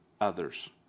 others